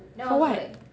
for what